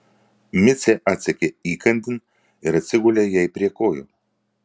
micė atsekė įkandin ir atsigulė jai prie kojų